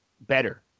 better